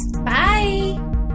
Bye